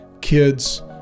kids